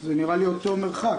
זה נראה לי אותו מרחק.